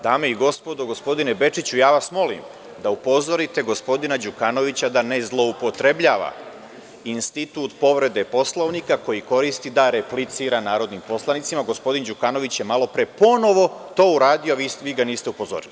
Dame i gospodo, gospodine Bečiću, ja vas molim da upozorite gospodina Đukanovića da ne zloupotrebljava institut povrede Poslovnika koji koristi da replicira narodnim poslanicima, gospodin Đukanović je malo pre ponovo to uradio a vi ga niste upozorili.